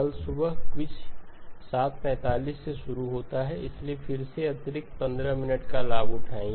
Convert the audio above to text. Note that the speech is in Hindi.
कल सुबह क्विज़ 1 745 से शुरू होता है इसलिए फिर से अतिरिक्त 15 मिनट का लाभ उठाएं